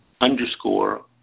underscore